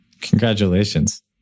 Congratulations